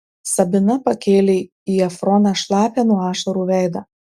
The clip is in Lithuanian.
sabina pakėlė į efroną šlapią nuo ašarų veidą